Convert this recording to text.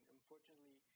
Unfortunately